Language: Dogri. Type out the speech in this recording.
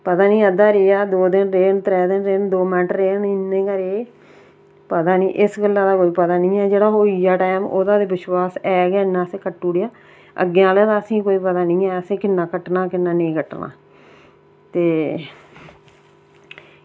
पता निं अद्धा रेहा दो दिन रेह् त्रैह् दिन रेह् दौ मिंट रेह् इन्ने गै रेह् पता निं इस गल्ला दा कोई पता निं ऐ ते जेह्ड़ा होइया ओह्दा विश्वास ते ऐ निं अग्गें आह्लें दा असेंगी पता निं किन्ना कट्टना जां कि्न्ना नेईं कट्टना ते